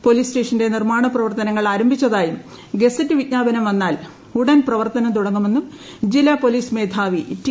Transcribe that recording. police സ്റ്റേഷന്റെ നിർമ്മാണ പ്രവർത്തനങ്ങൾ ആരംഭിച്ചതായും ഗസറ്റ് വിജ്ഞാപനം വന്നാൽ ഉടൻ പ്രവർത്തനം തുടങ്ങുമെന്നും ജില്ലാ പോലീസ് മേധാവി റ്റി